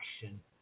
action